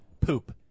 Poop